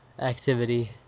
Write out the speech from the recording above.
activity